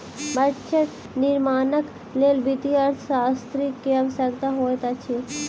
budget निर्माणक लेल वित्तीय अर्थशास्त्री के आवश्यकता होइत अछि